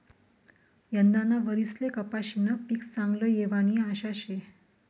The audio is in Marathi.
यंदाना वरीसले कपाशीनं पीक चांगलं येवानी आशा शे